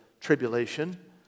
tribulation